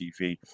TV